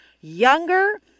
younger